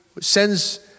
sends